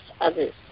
others